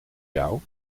jou